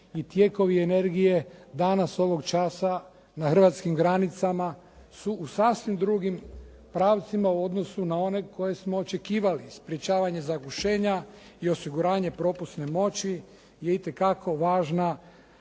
i tijekovi energije danas, ovog časa, na hrvatskim granicama su u sasvim drugim pravcima u odnosu na one koje smo očekivali. Sprječavanje zagušenja i osiguravanje propusne moći je itekako važna